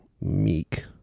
meek